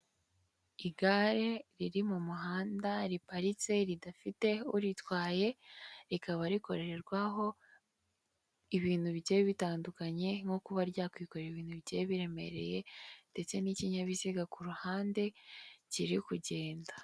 Igare riri mu muhanda riparitse ridafite uritwaye rikaba rikorerwaho ibintu bigiye bitandukanye nko kuba ryakwikorera ibintu bigiye biremereye ndetse n'ikinyabiziga ku ruhande kiri kugenda.